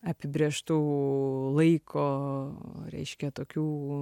apibrėžtų laiko reiškia tokių